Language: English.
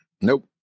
Nope